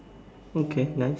okay nice